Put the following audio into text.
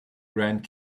grand